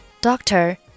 Doctor